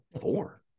Four